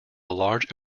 large